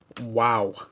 Wow